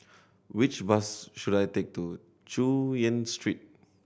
which bus should I take to Chu Yen Street